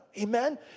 amen